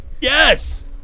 Yes